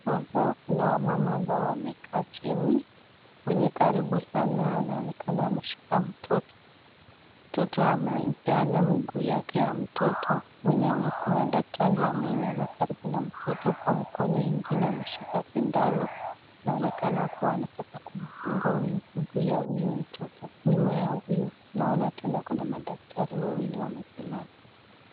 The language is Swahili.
Hapa kuna wamama ambao wamekaa chini. Mwenye karibu sana anaonekana ameshika mtoto. Mtoto amempeana mguu yake ya mtoto. Mwenye kuna daktari ameinama karibu na mtoto, kwa mkono ingine ameshika sindano. Anaonekana kuwa anataka kumdunga mguu ya huyu mtoto. Nyuma ya huyu tunaona tena kuna madaktari wawili wamesimama.